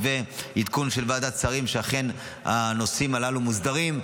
ותוך עדכון של ועדת שרים שאכן הנושאים הללו מוסדרים.